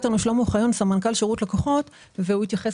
ינון, לפני